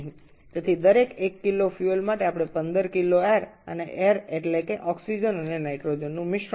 সুতরাং এটি প্রতি ১ কেজি জ্বালানীর জন্য আমাদের ১৫কেজি বায়ু প্রয়োজন এবং বায়ু মানে অক্সিজেন এবং নাইট্রোজেনের মিশ্রণ